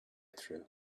through